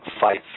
fight